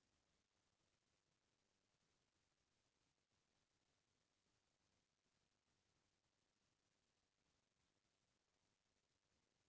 चूर्निल आसिता रोग होउए ले फूल के पउधा के पानाए डोंहड़ू अउ फूल म पाउडर कस परत जम जाथे